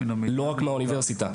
לא רק מהאוניברסיטה,